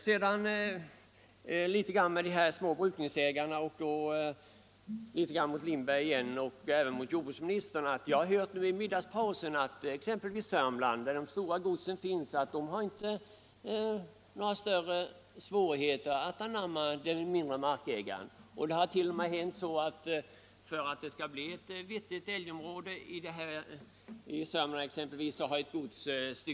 Jag vill också ta upp frågan om de små brukningsägarna, och jag vänder mig då till herr Lindberg igen och även till jordbruksministern. Jag har nämligen under middagspausen hört att man exempelvis i Sörmland där de stora godsen finns inte har några större svårigheter att anamma dessa små brukningsägare. Där har det t.o.m. hänt att man för att få ett vettigt älgområde styckat av en bit från ett gods.